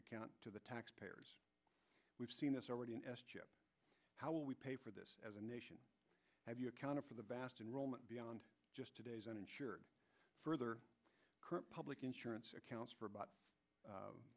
account to the taxpayers we've seen this already in s chip how will we pay for this as a nation have you accounted for the vast in rome and beyond just today's uninsured further current public insurance accounts for about